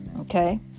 okay